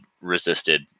resisted